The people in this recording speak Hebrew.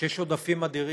כשיש עודפים אדירים